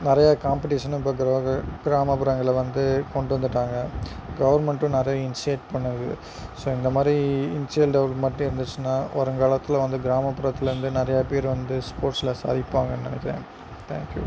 நிறைய காம்பிடிஷனும் இப்போ கிராமப்புறங்கள்ல வந்து கொண்டு வந்துட்டாங்கள் கவர்மெண்ட்டும் நிறைய இனிஷியேட் பண்ணுது ஸோ இந்தமாதிரி இனிஷியல் டெவலப்மண்ட் இருந்துச்சுன்னால் வருங்காலத்தில் வந்து கிராமப்புறத்திலருந்து நிறைய பேர் வந்து ஸ்போர்ட்ஸ்ல சாதிப்பாங்கன்னு நினைக்குறேன் தேங்க்யூ